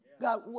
God